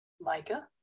Micah